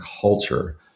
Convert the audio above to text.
culture